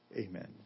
Amen